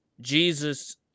Jesus